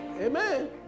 Amen